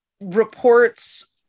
reports